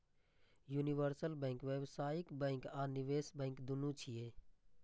universal bank व्यावसायिक bank आ निवेश बैंक, दुनू छियै